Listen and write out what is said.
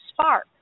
Spark